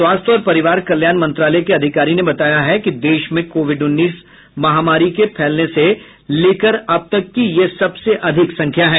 स्वास्थ्य और परिवार कल्याण मंत्रालय के अधिकारी ने बताया है कि देश में कोविड उन्नीस महामारी के फैलने से लेकर अब तक की यह सबसे अधिक संख्या है